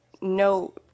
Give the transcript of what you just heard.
no